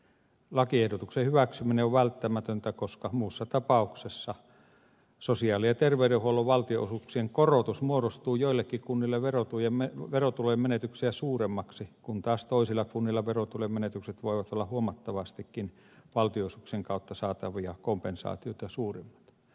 lakiehdotuksen hyväksyminen on välttämätöntä koska muussa tapauksessa sosiaali ja terveydenhuollon valtionosuuksien korotus muodostuu joillekin kunnille verotulojen menetyksiä suuremmaksi kun taas toisilla kunnilla verotulojen menetykset voivat olla huomattavastikin valtionosuuksien kautta saatavia kompensaatioita suuremmat